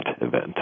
event